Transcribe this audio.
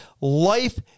Life